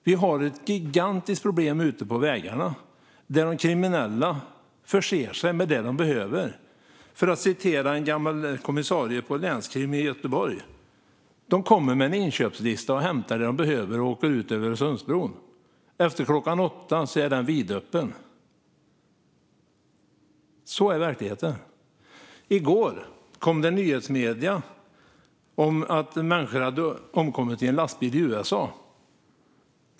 Vi har ett gigantiskt problem ute på vägarna där de kriminella förser sig med det de behöver, enligt en gammal kommissarie på länskrim i Göteborg. De kommer med en inköpslista och hämtar vad de behöver och åker sedan ut över Öresundsbron. Efter klockan åtta är den vidöppen. Så är verkligheten. I går kom en nyhet i medierna om att människor hade omkommit i en lastbil i USA.